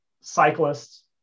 cyclists